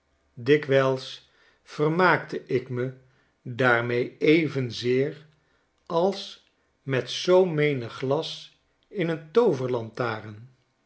dikwijls vermaakte ik me daarmee evenzeer als met zoo menig glas in een